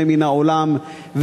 אלא פשוט תעביר את החוק הזה מן העולם,